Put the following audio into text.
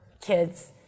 kids